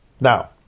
Now